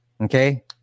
Okay